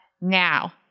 now